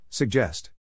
Suggest